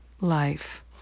life